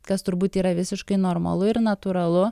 kas turbūt yra visiškai normalu ir natūralu